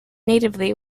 natively